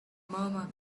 murmur